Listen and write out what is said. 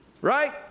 Right